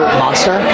monster